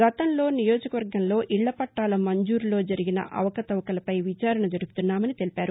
గతంలో నియోజకవర్గంలో ఇళ్ళ పట్టాల మంజూరులో జరిగిన అవకతవకలపై విచారణ జరుపుతున్నామని తెలిపారు